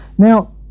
Now